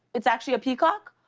it's actually a peacock?